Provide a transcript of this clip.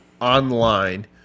online